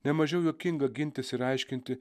nemažiau juokinga gintis ir aiškinti